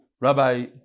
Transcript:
Rabbi